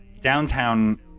downtown